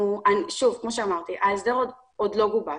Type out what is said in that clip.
כמו שאמרתי, ההסדר עוד לא גובש.